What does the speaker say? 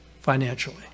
financially